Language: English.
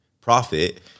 profit